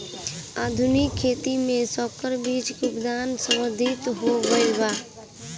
आधुनिक खेती में संकर बीज के उत्पादन सर्वाधिक हो गईल बा